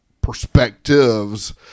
perspectives